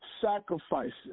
sacrifices